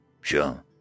Sure